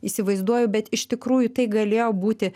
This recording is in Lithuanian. įsivaizduoju bet iš tikrųjų tai galėjo būti